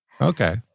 Okay